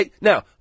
Now